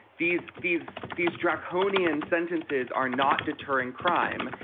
these these these draconian sentences are not deterring crime.